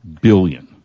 billion